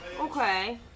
Okay